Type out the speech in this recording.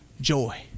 joy